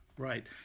Right